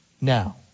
now